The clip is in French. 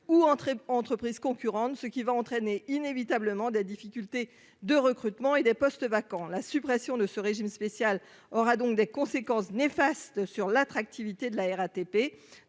ou des entreprises concurrentes. Cela entraînera inévitablement des difficultés de recrutement et des vacances de postes. La suppression de ce régime spécial aura donc des conséquences néfastes sur l'attractivité de la RATP.